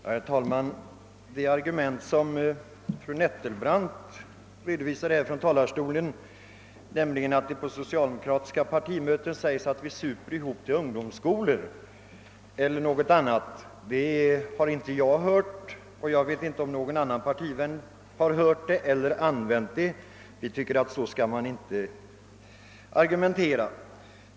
Herr talman! Från denna talarstol yttrar fru Nettelbrandt att det på de socialdemokratiska partimötena sägs att »vi skall supa ihop till grundskolor». Jag har inte hört detta och jag vet inte heller om någon annan partivän har hört eller använt denna argumentering. Så skall man inte argumentera.